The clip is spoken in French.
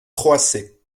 croasser